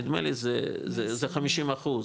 נדמה לי זה 50 אחוז,